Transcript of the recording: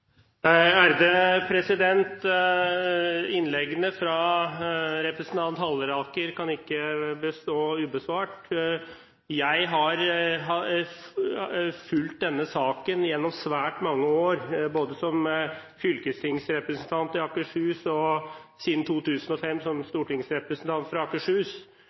Innleggene fra representanten Halleraker kan ikke stå ubesvart. Jeg har fulgt denne saken gjennom svært mange år, både som fylkestingsrepresentant i Akershus og siden 2005 som stortingsrepresentant fra Akershus,